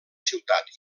ciutat